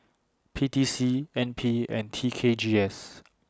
P T C N P and T K G S